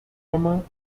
und